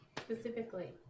Specifically